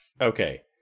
Okay